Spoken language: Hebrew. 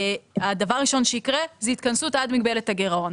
הדבר הראשון שיקרה זה התכנסות עד מגבלת הגירעון.